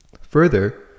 Further